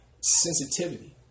sensitivity